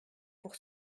pour